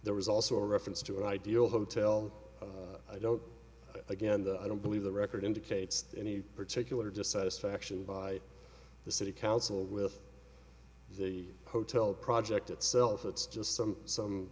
there was also a reference to ideal hotel i don't again that i don't believe the record indicates any particular dissatisfaction by the city council with the hotel project itself it's just some some